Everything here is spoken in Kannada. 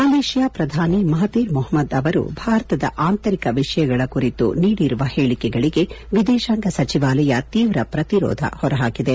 ಮಲೇಷ್ಯಾ ಪ್ರಧಾನಿ ಮಹತೀರ್ ಮೊಹಮ್ನದ್ ಅವರು ಭಾರತದ ಆಂತರಿಕ ವಿಷಯಗಳ ಕುರಿತು ನೀಡಿರುವ ಹೇಳಿಕೆಗಳಿಗೆ ವಿದೇಶಾಂಗ ಸಚಿವಾಲಯ ತೀವ್ರ ಪ್ರತಿರೋಧ ಹೊರಹಾಕಿದೆ